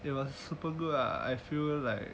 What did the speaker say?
it was super good lah I feel like